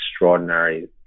extraordinary